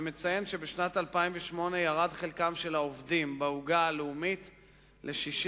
מציין כי בשנת 2008 ירד חלקם של העובדים בעוגה הלאומית ל-62%,